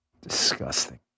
Disgusting